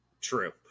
True